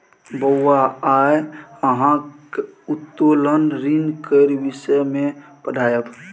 बौआ आय अहाँक उत्तोलन ऋण केर विषय मे पढ़ायब